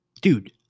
dude